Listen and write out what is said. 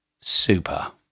Super